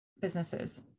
businesses